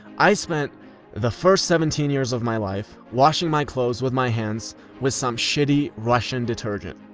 i spent the first seventeen years of my life washing my clothes with my hands with some shitty russian detergent.